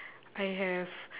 I have